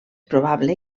probable